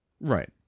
Right